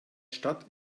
stadt